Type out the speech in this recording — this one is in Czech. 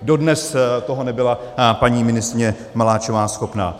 Dodnes toho nebyla paní ministryně Maláčová schopná.